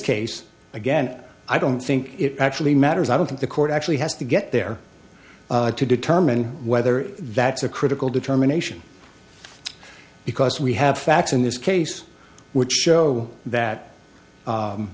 case again i don't think it actually matters i don't think the court actually has to get there to determine whether that's a critical determination because we have facts in this case which show that